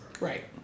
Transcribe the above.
Right